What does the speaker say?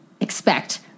expect